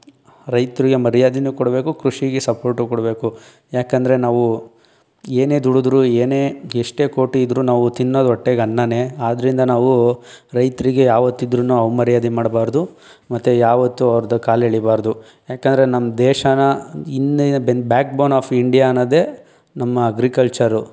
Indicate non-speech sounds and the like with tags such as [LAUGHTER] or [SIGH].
ರೈತ್ರಿಗೆ ಮರ್ಯಾದೆನೂ ಕೊಡಬೇಕು ಕೃಷಿಗೆ ಸಪೋರ್ಟೂ ಕೊಡಬೇಕು ಯಾಕಂದರೆ ನಾವು ಏನೇ ದುಡಿದ್ರೂ ಏನೇ ಎಷ್ಟೇ ಕೋಟಿ ಇದ್ದರೂ ನಾವು ತಿನ್ನೋದು ಹೊಟ್ಟೆಗ್ ಅನ್ನವೇ ಆದ್ದರಿಂದ ನಾವು ರೈತರಿಗೆ ಯಾವತ್ತಿದ್ರೂ ಅವಮರ್ಯಾದೆ ಮಾಡಬಾರ್ದು ಮತ್ತು ಯಾವತ್ತೂ ಅವ್ರದು ಕಾಲು ಎಳೀಬಾರದು ಯಾಕಂದರೆ ನಮ್ಮ ದೇಶನ [UNINTELLIGIBLE] ಬ್ಯಾಕ್ ಬೋನ್ ಆಫ್ ಇಂಡಿಯಾ ಅನ್ನೋದೇ ನಮ್ಮ ಅಗ್ರಿಕಲ್ಚರು